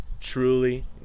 truly